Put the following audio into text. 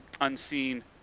unseen